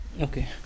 okay